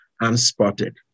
unspotted